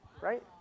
right